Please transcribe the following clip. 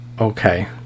Okay